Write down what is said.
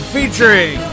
Featuring